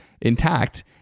intact